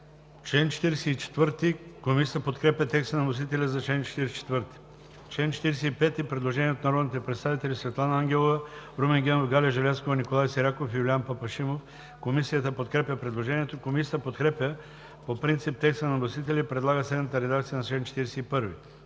АДЕМОВ: Комисията подкрепя текста на вносителя за чл. 44. По чл. 45 има предложение от народните представители Светлана Ангелова, Румен Генов, Галя Желязкова, Николай Сираков и Юлиян Папашимов. Комисията подкрепя предложението. Комисията подкрепя по принцип текста на вносителя и предлага следната редакция на чл. 45: